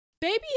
baby